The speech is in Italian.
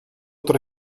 tre